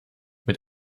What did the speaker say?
mit